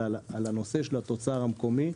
אלא על הנושא של התוצר המקומי.